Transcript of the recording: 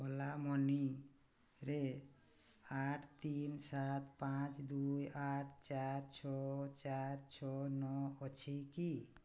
ଓଲା ମନିରେ ଆଠ ତିନ ସାତ ପାଞ୍ଚ ଦୁଇ ଆଠ ଚାର ଛଅ ଚାର ଛଅ ନଅ ଅଛି କି